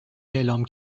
اعلام